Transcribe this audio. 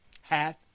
hath